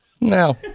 No